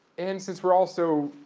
and since we're all so